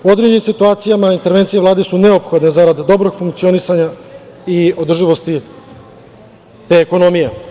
U određenim situacijama intervencije Vlade su neophodne zarad dobrog funkcionisanja i održivosti te ekonomije.